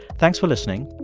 thanks for listening.